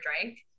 drank